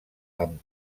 amb